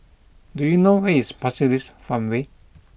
do you know where is Pasir Ris Farmway